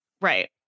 Right